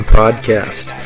podcast